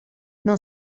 non